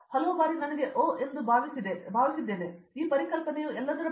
ಹಲವು ಬಾರಿ ನಾನು ಓಹ್ ಎಂದು ಭಾವಿಸಿದೆವು ಈ ಪರಿಕಲ್ಪನೆಯು ಎಲ್ಲದರ ಬಗ್ಗೆ